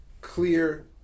clear